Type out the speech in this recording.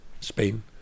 Spain